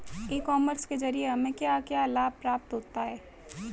ई commerce के ज़रिए हमें क्या क्या लाभ प्राप्त होता है?